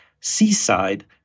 Seaside